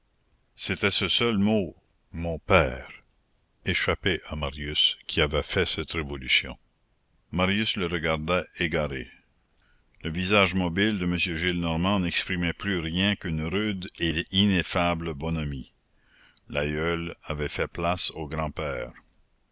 c'était ce seul mot mon père échappé à marius qui avait fait cette révolution marius le regarda égaré le visage mobile de m gillenormand n'exprimait plus rien qu'une rude et ineffable bonhomie l'aïeul avait fait place au grand-père